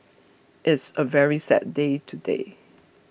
it's a very sad day today